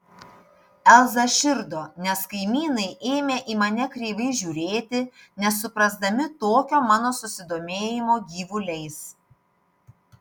elza širdo nes kaimynai ėmė į mane kreivai žiūrėti nesuprasdami tokio mano susidomėjimo gyvuliais